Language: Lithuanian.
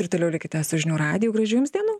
ir toliau likite su žinių radiju gražių jums dienų